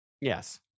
yes